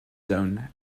zone